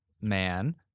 man